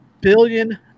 billion